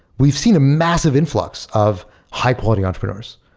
we've seen a massive influx of high-quality entrepreneurs,